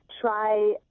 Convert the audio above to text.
try